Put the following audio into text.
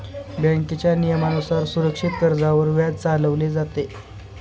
बँकेच्या नियमानुसार सुरक्षित कर्जावर व्याज चालवले जाते